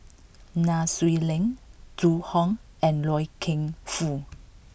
Nai Swee Leng Zhu Hong and Loy Keng Foo